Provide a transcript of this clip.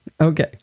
okay